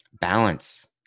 Balance